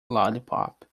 lollipop